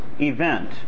event